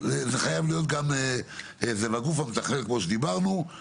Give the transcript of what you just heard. זה חייב להיות גם לגוף המתכלל כפי שדיברנו.